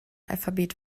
alphabet